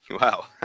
Wow